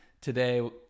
today